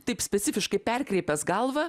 taip specifiškai perkreipęs galvą